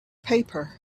paper